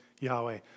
Yahweh